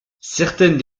certaines